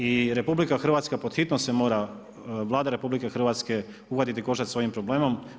I RH, pod hitno se mora, Vlada RH, uhvatiti za koštac s ovim problemom.